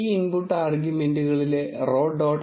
ഈ ഇൻപുട്ട് ആർഗ്യുമെന്റുകളിലെ row